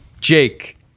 Jake